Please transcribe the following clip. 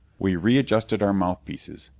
we readjusted our mouthpieces.